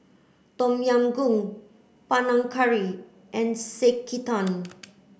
Tom Yam Goong Panang Curry and Sekihan